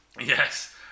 Yes